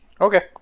Okay